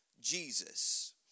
Jesus